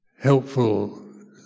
Helpful